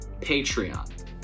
Patreon